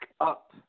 up